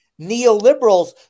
neoliberals